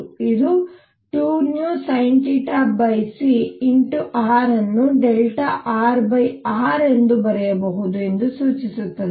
ಇದು2vsinθcr ಅನ್ನು rr ಎಂದು ಬರೆಯಬಹುದು ಎಂದು ಸೂಚಿಸುತ್ತದೆ